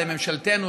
לממשלתנו,